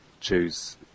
choose